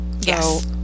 Yes